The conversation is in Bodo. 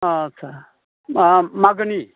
अह आदसा मागोनि